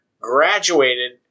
graduated